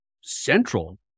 central